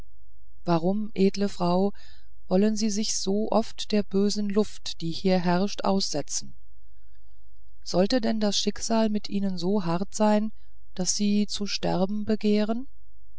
warum edle frau wollen sie sich so oft der bösen luft die hier herrscht aussetzen sollte denn das schicksal mit ihnen so hart sein daß sie zu sterben begehrten